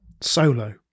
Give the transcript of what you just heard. solo